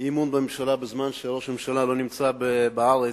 אי-אמון בממשלה בזמן שראש הממשלה לא נמצא בארץ,